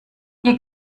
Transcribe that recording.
ihr